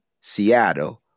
Seattle